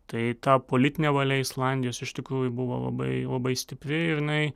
tai ta politinė valia islandijos iš tikrųjų buvo labai labai stipri ir jinai